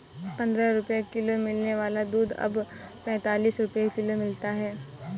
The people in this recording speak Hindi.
पंद्रह रुपए किलो मिलने वाला दूध अब पैंतालीस रुपए किलो मिलता है